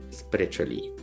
spiritually